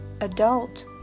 adult